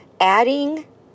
adding